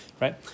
right